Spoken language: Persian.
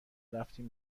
رفتیم